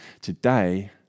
Today